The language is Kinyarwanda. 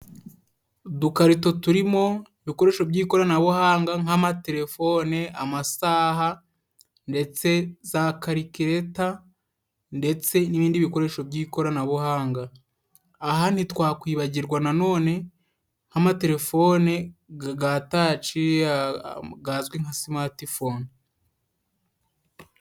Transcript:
Udukarito turimo ibikoresho by'ikoranabuhanga nk'amaterefone, amasaha ndetse za karikireta ndetse n'ibindi bikoresho by'ikoranabuhanga, aha ntitwakwibagirwa na none nk'amaterefone ga taci gazwi nka simatifone.